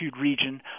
region